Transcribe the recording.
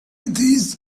these